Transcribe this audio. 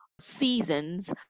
seasons